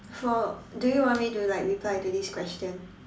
for do you want me do you like reply to this question